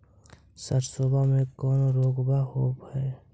सरसोबा मे कौन रोग्बा होबय है?